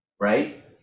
right